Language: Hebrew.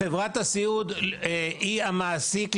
חברת הסיעוד היא המעסיק,